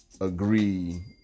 agree